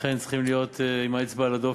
אכן צריכים להיות עם האצבע על הדופק,